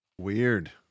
Weird